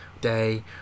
day